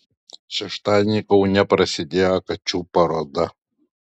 šeštadienį kaune prasidėjo kačių paroda